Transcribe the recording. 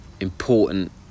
important